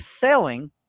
selling